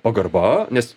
pagarba nes